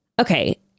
Okay